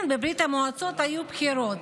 כן, בברית המועצות היו בחירות,